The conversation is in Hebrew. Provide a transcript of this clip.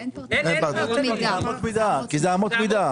אין פרטני כי זה אמות מידה.